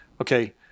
Okay